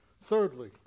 Thirdly